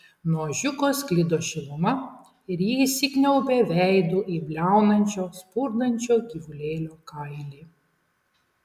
nuo ožkiuko sklido šiluma ir ji įsikniaubė veidu į bliaunančio spurdančio gyvulėlio kailį